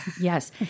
Yes